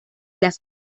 las